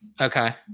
Okay